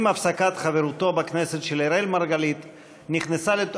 עם הפסקת חברותו של אראל מרגלית בכנסת,